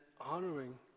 honoring